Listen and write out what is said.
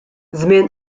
żmien